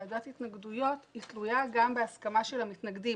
ועדת התנגדויות תלויה גם בהסכמה של המתנגדים.